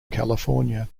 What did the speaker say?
california